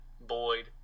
Boyd